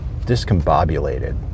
discombobulated